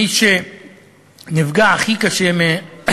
מי שנפגע הכי קשה מהתקציב